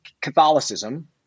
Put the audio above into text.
Catholicism